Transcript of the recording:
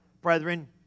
Brethren